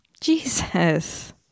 Jesus